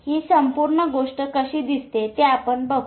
हि संपूर्ण गोष्ट कशी दिसते ते आपण बघू